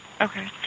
Okay